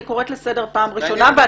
אני קוראת לסדר בפעם הראשונה.